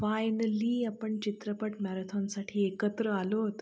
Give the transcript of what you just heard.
वायनली आपण चित्रपट मॅरेथॉनसाठी एकत्र आलो आहोत